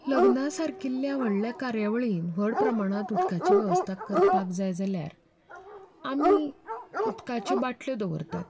लग्ना सारकिल्ल्या व्हडल्या कार्यावळींनी व्हड प्रमाणांत उदकाची वेवस्था करपाक जाय जाल्यार आमी उदकाच्यो बाटल्यो दवरतात